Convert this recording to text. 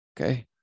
okay